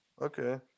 Okay